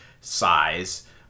size